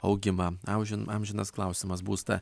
augimą aužin amžinas klausimas būstą